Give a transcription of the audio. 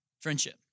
Friendship